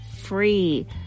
free